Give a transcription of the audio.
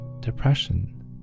depression